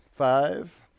Five